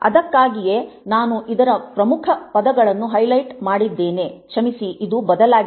ಅದಕ್ಕಾಗಿಯೇ ನಾನು ಇದರ ಪ್ರಮುಖ ಪದಗಳನ್ನು ಹೈಲೈಟ್ ಮಾಡಿದ್ದೇನೆ ಕ್ಷಮಿಸಿ ಇದು ಬದಲಾಗಿದೆ